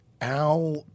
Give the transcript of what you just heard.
Al